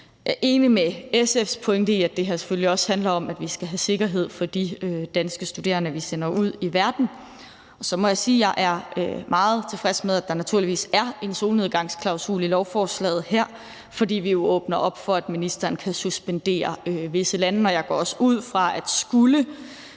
Jeg er enig i SF's pointe i, at det her selvfølgelig også handler om, at vi skal have sikkerhed for de danske studerende, vi sender ud i verden. Så må jeg sige, at jeg er meget tilfreds med, at der naturligvis er en solnedgangsklausul i lovforslaget her, fordi vi jo åbner op for, at ministeren kan suspendere visse lande, og jeg går også ud fra, at skulle